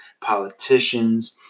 politicians